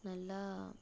நல்லா